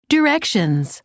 Directions